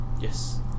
Yes